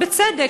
בצדק,